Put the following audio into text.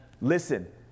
Listen